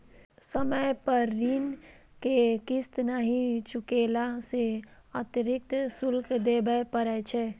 समय पर ऋण के किस्त नहि चुकेला सं अतिरिक्त शुल्क देबय पड़ै छै